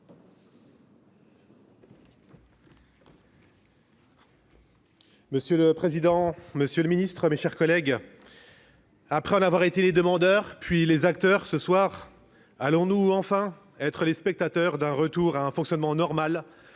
Monsieur le président, monsieur le ministre, mes chers collègues, après en avoir été les demandeurs, puis les acteurs, allons-nous enfin, ce soir, être les spectateurs d'un retour à un fonctionnement normal